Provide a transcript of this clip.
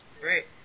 great